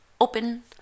open